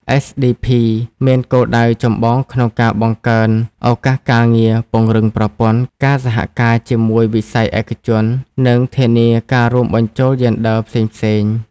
SDP មានគោលដៅចម្បងក្នុងការ បង្កើនឱកាសការងារ ពង្រឹងប្រព័ន្ធ ការសហការជាមួយវិស័យឯកជន និងធានាការរួមបញ្ចូលយេនឌ័រផ្សេងៗ។